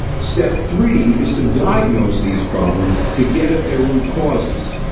step three is to diagnose these problems to get at their root causes.